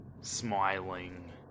Smiling